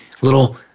little